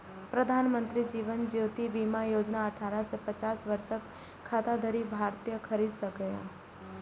प्रधानमंत्री जीवन ज्योति बीमा योजना अठारह सं पचास वर्षक खाताधारी भारतीय खरीद सकैए